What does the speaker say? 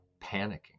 panicking